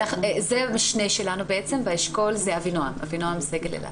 זה המשנה שלנו בעצם, באשכול זה אבינועם סגל אילת.